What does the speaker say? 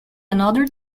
another